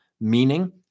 meaning